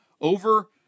over